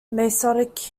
masonic